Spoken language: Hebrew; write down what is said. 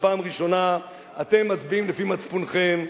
שפעם ראשונה אתם מצביעים לפי מצפונכם.